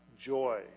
joy